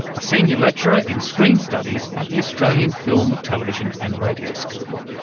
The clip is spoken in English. a senior lecturer in screen studies at the australian film, television and radio school.